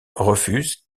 refuse